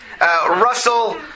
Russell